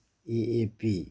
A A P